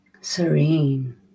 serene